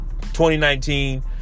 2019